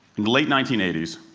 late nineteen eighty s,